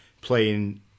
playing